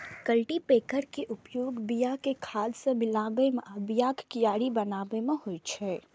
cultipacker के उपयोग बिया कें खाद सं मिलाबै मे आ बियाक कियारी बनाबै मे होइ छै